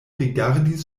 rigardis